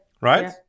Right